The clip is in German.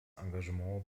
engagement